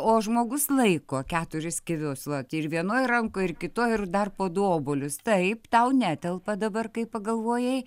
o žmogus laiko keturis kivius vat ir vienoj rankoj ir kitoj ir dar po du obuolius taip tau netelpa dabar kai pagalvojai